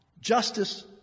Justice